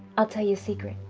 i'll tell you a secret,